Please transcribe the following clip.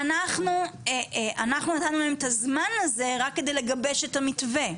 ואנחנו נתנו להם את הזמן הזה רק כדי לגבש את המתווה.